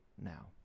now